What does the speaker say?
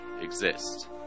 exist